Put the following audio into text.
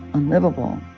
unlivable?